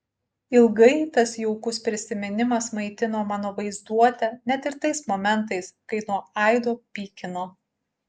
ilgai tas jaukus prisiminimas maitino mano vaizduotę net ir tais momentais kai nuo aido pykino